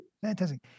Fantastic